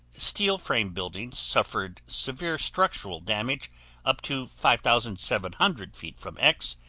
steel frame buildings suffered severe structural damage up to five thousand seven hundred feet from x,